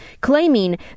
claiming